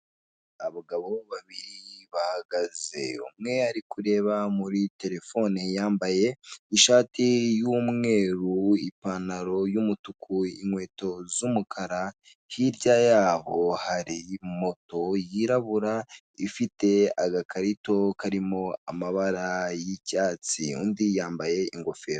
Abagabo babiri bahagaze, umwe ari kureba muri telefone, yambaye ishati y'umweru, ipantaro y'umutuku, inkweto z'umukara, hirya yabo hari moto yirabura, ifite agakarito karimo amabara y'icyatsi. Undi yambaye ingofero.